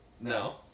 no